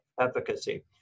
efficacy